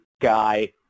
guy